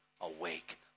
awake